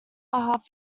half